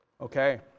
Okay